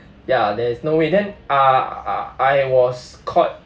ya there is no way then uh uh I was caught